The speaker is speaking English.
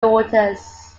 daughters